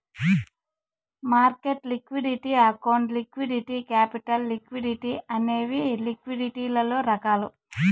market liquidity account liquidity capital liquidity అనేవి లిక్విడిటీలలో రకాలు